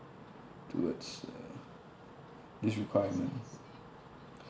towards uh this requirement